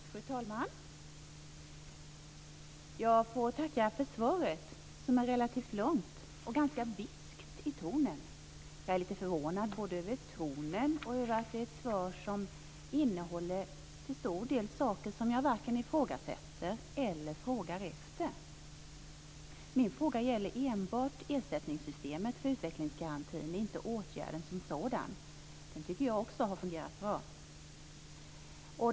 Fru talman! Jag får tacka för svaret, som är relativt långt och ganska bitskt i tonen. Jag är lite förvånad både över tonen och över att svaret till stor del innehåller saker som jag varken ifrågasätter eller frågar efter. Min fråga gäller enbart ersättningssystemet för utvecklingsgarantin, inte åtgärden som sådan. Jag tycker också att den har fungerat bra.